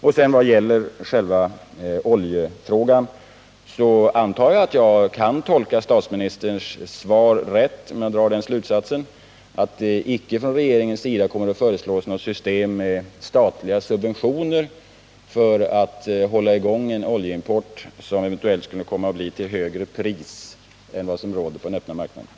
När det gäller själva oljefrågan antar jag att jag tolkar statsministerns svar rätt när jag drar den slutsatsen att det från regeringens sida icke kommer att föreslås något system med statliga subventioner för att hålla i gång en oljeimport som eventuellt kunde komma att ske till ett högre pris än den öppna marknadens.